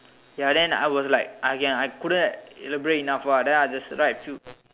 ya then I was like I can't I couldn't elaborate enough ah then I just write a few